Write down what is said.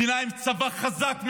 מדינה עם צבא חזק מאוד,